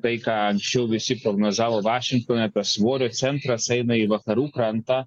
tai ką anksčiau visi prognozavo vašingtone tas svorio centras eina į vakarų krantą